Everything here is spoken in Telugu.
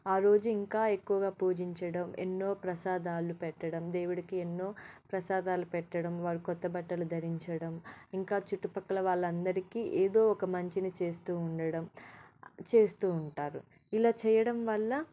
ఆ రోజు ఇంకా ఎక్కువగా పూజించడం ఎన్నో ప్రసాదాలు పెట్టడం దేవుడికి ఎన్నో ప్రసాదాలు పెట్టడం వారు కొత్తబట్టలు ధరించడం ఇంకా చుట్టుపక్కల వాళ్ళందరికీ ఏదో ఒక మంచిని చేస్తూ ఉండడం చేస్తూ ఉంటారు ఇలా చేయడం వల్ల